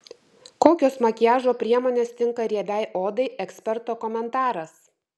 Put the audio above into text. kokios makiažo priemonės tinka riebiai odai eksperto komentaras